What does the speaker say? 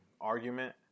argument